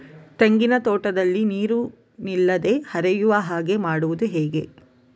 ತೆಂಗಿನ ತೋಟದಲ್ಲಿ ನೀರು ನಿಲ್ಲದೆ ಹರಿಯುವ ಹಾಗೆ ಮಾಡುವುದು ಹೇಗೆ?